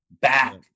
back